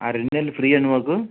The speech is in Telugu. ఆ రెండు నెలలు ఫ్రీ అండి మాకు